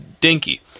dinky